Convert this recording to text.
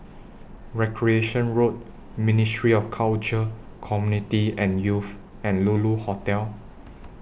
Recreation Road Ministry of Culture Community and Youth and Lulu Hotel